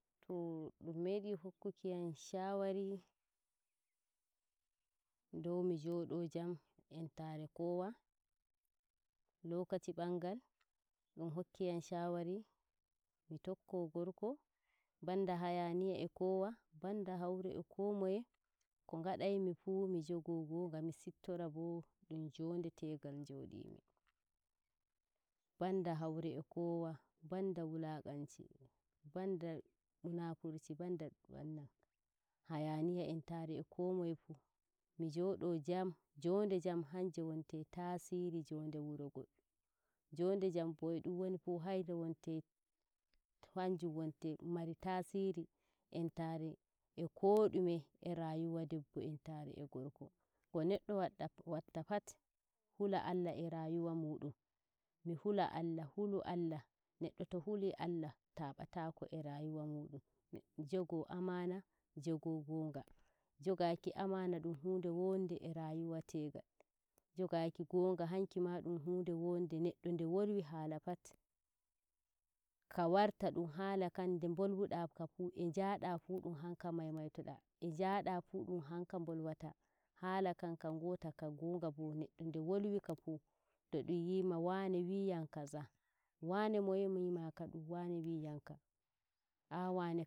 too ɗum meydi hokku keyam shawari dow mi joɗo jam entare e kowa lokaci ɓangal ɗum hokkiyam shawari mi tokko gorko banda hayaniya e kowa banda haure e komaye ko ngu dai yifu mi jogo gonga mi sittora bo ɗum jonde tegal njodimi banda haure e kowa banda walakanci banda munafurci banda hayaniya entare e ko moye fu mi joɗo jam. jonde jam hanɗe woni taasiri jonɗe wuro goɗɗo bo e ɗum woni fu ɗume e rayuwa debbo entare e gorko ko neɗɗo watta fat hula allah e rayuwa muɗum mi hula allah, hula allah neɗɗo to huli allah tabatako e rayuwa muɗum neddo jogo amana, jogo gonga. jogaki amana ɗum hanɗe wonɗe e rayuwa tegal. jogaki gonga hakkima ɗun hunɗe wonɗɗe neɗɗo nde wolwa hala fat ka warta ɗun hala kan nder nbolwu daaka e njada fu ɗum hanka maimaitoda ɗun hanka nbolwata halakam ka ngota ka ngoga bo neɗɗo nde wolwika fu to ɗum yima waane wuyam kaza. wane noye wimaka? dum wane wiyamka ah waane.